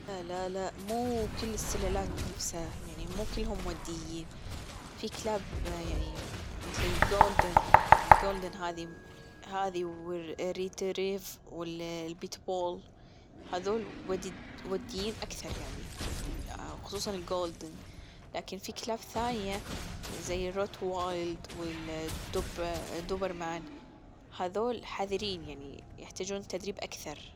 لا لا مو كل السلالات نفسها يعني مو كلهم وديين، في كلاب يعني مثل الجولدن، الجولدن هذى والريتريفر والبت بول هذول وديين أكثر يعني خصوصا الجولدن لكن في كلاب ثانية زي روت وايلد والدوبر مان هذول حذرين يعني يحتاجون تدريب أكثر.